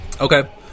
Okay